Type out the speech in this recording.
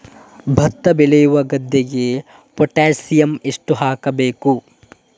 ಭತ್ತ ಬೆಳೆಯುವ ಗದ್ದೆಗೆ ಪೊಟ್ಯಾಸಿಯಂ ಎಷ್ಟು ಹಾಕಬೇಕು?